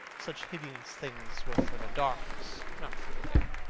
such hideous things were for the darkness, not for the day.